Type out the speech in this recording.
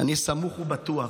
אני סמוך ובטוח